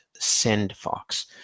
SendFox